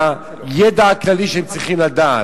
לידע הכללי שהם צריכים לדעת.